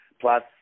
Plus